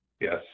Yes